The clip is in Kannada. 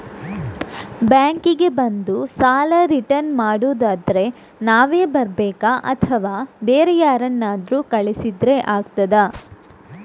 ಬ್ಯಾಂಕ್ ಗೆ ಬಂದು ಸಾಲ ರಿಟರ್ನ್ ಮಾಡುದಾದ್ರೆ ನಾವೇ ಬರ್ಬೇಕಾ ಅಥವಾ ಬೇರೆ ಯಾರನ್ನಾದ್ರೂ ಕಳಿಸಿದ್ರೆ ಆಗ್ತದಾ?